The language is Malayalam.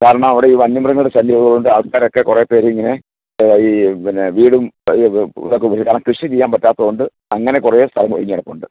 കാരണം അവിടെ ഈ വന്യ മൃഗങ്ങളുടെ ശല്യം ഉള്ളത് കൊണ്ട് ആൾക്കാരൊക്കെ കുറെ പേരിങ്ങനെ ഈ പിന്നെ വീടും ഇതൊക്കെ ഉപേക്ഷിച്ച് കാരണം കൃഷി ചെയ്യാന് പറ്റാത്തത് കൊണ്ട് അങ്ങനെ കുറെ സ്ഥലം ഒഴിഞ്ഞു കിടപ്പുണ്ട്